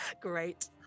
Great